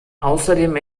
außerdem